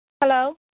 Hello